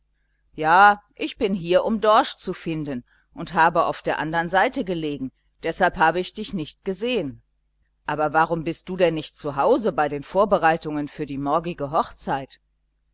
ja ich bin hier um dorsch zu fischen und habe auf der andern seite gelegen deshalb habe ich dich nicht gesehen aber warum bist du denn nicht zu hause bei den vorbereitungen für die morgige hochzeit